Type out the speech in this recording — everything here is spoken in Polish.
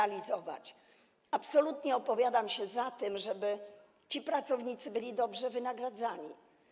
Absolutnie opowiadam się za tym, żeby ci pracownicy byli dobrze wynagradzani.